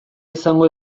izango